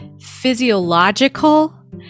physiological